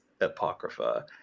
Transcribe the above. Apocrypha